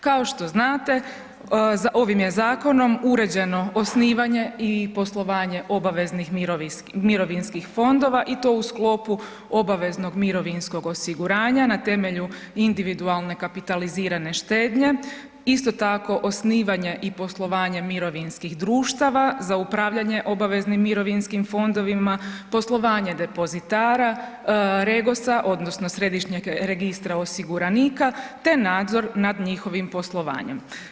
Kao što znate ovim je zakonom uređeno osnivanje i poslovanje obaveznih mirovinskih fondova i to u sklopu obaveznog mirovinskog osiguranja na temelju individualne kapitalizirane štednje, isto tako osnivanje i poslovanje mirovinskih društava za upravljanje obaveznim mirovinskim fondovima, poslovanje depozitara REGOS-a odnosno Središnjeg registra osiguranika te nadzor nad njihovim poslovanjem.